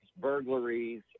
burglaries